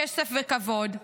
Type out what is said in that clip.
כסף וכבוד.